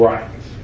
Right